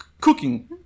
Cooking